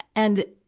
and